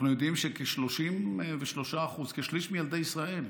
אנחנו יודעים שכ-33%, כשליש מילדי ישראל,